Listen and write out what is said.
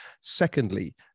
Secondly